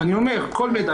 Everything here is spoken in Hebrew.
אני אומר, כל מידע.